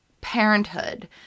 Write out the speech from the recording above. parenthood